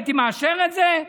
הייתי מאשר את זה?